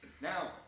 Now